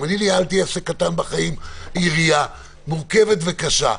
גם אני ניהלתי עסק קטן בחיים, עירייה מורכבת וקשה.